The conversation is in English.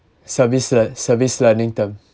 service le~ service learning term